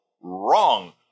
wrong